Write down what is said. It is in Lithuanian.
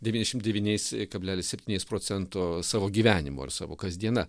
devyniašimt devyniais kablelis septyniais procento savo gyvenimo ir savo kasdiena